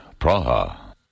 Praha